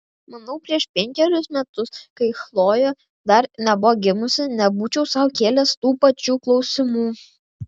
manau prieš penkerius metus kai chlojė dar nebuvo gimusi nebūčiau sau kėlęs tų pačių klausimų